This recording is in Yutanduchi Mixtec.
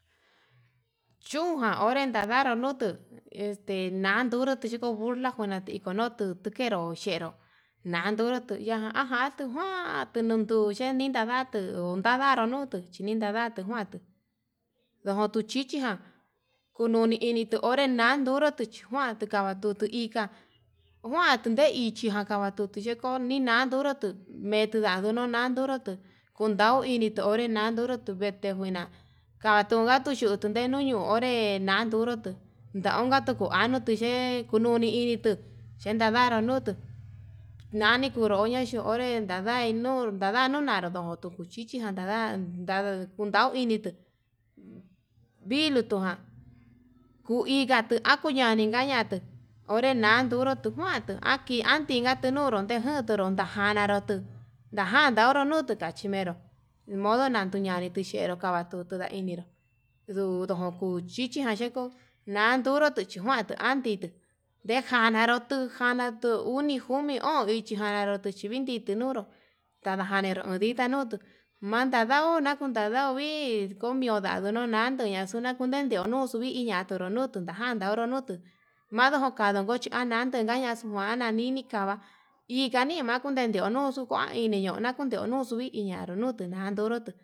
Chunjan onre nadanru nutuu ete nangurutu xhiko burla, njunati ono tutu kenró xhero nandurutu iha aján tuu njuan anduu nuu yuye nintadatu okanaru nuu, tuu chini nadatu njuan tuu ndotu chichiján ununi ndikitu onre nanturutu, chikuan kikavatutu onré ika'a nguan nduu nde ichi nditavatu nduti xhiko ninan ndurutu meti tundan tunon nandurutu kundau initu na'an, nandurutu nguete njuina ndatuu ngatu cxhendu ndeno'o ño'o onre nandurutu ndaunka tuu anu tuu ye'e kununi initu xhen ndadaru nutuu nani kunroña yuu onré, ndadai nuu ndadai nuna ndojon chichijan ndará, ndada kundau initu viluu tuján kuu ilitu akuyaniga ñatuu onre nan nduru tuu njuanduu atii anguinatu tinuru, ndejutunuru tajanaru ndajan nuu tikachi menro modo nanduu ña'a nre tixheru kada tutu ñai ininró duduchichi ján xheko, nanduru tuu chijuan andito ndejanaro tuu janaro tuu uni, njumi, o'on, ichi janaruu tuvendi tinuru tadajaniro uun ditá nutu mandadao nakuna ndau ndovii kondio nda'u natuña xuna kuenta, ndio noxo no hi hi ñatunro nundu tajanda odo nutuu mandojo nanonro chi andante ndañaxu njuan ñanin, nikava inka nima ndudeo nuxua ha ini ñoo nakuña nduxu ina nruu ndutu nuna njuniatu.